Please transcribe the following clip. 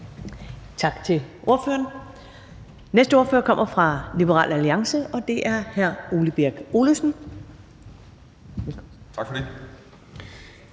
Tak til ordføreren. Den næste ordfører kommer fra Liberal Alliance, og det er hr. Ole Birk Olesen. Velkommen.